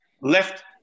left